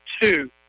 two